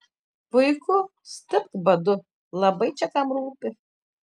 puiku stipk badu labai čia kam rūpi